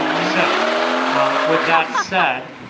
so with that said,